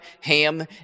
Ham